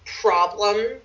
problem